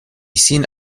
sin